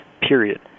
period